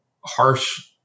harsh